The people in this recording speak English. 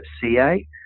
CA